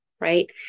right